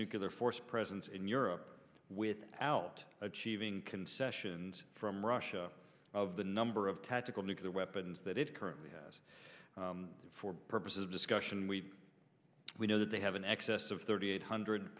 nuclear force presence in europe without achieving concessions from russia of the number of tactical nuclear weapons that it currently has for purposes of discussion we we know that they have in excess of thirty eight hundred